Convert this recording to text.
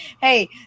hey